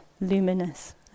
luminous